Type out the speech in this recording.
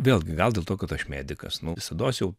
vėlgi gal dėl to kad aš medikas nu visados jau